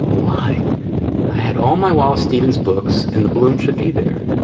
why i had all my wallace stevens books and the bloom should be there.